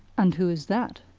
and who is that?